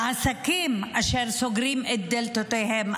לעסקים אשר סוגרים את דלתותיהם.